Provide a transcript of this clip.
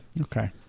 Okay